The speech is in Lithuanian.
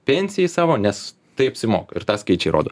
pensijai savo nes tai apsimoka ir tą skaičiai rodo